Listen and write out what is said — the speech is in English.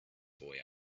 boy